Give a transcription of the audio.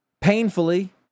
painfully